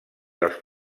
els